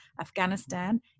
Afghanistan